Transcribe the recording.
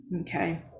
Okay